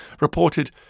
reported